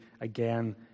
again